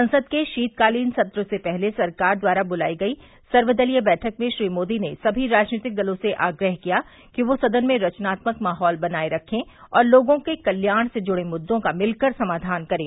संसद के शीतकालीन सत्र से पहले सरकार द्वारा बुलाई गई सर्वदलीय बैठक में श्री मोदी ने सभी राजनीतिक दलों से आग्रह किया कि वे सदन में रचनात्मक माहौल बनाए रखें और लोगों के कल्याण से जुड़े मुद्दों का मिलकर समाधान करें